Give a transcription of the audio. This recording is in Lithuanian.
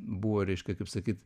buvo reiškia kaip sakyt